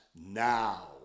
now